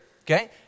Okay